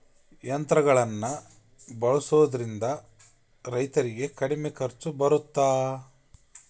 ಯಂತ್ರಗಳನ್ನ ಬಳಸೊದ್ರಿಂದ ರೈತರಿಗೆ ಕಡಿಮೆ ಖರ್ಚು ಬರುತ್ತಾ?